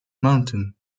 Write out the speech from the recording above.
mountain